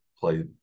Play